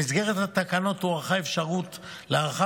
במסגרת התקנות הוארכה האפשרות למניעת